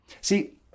See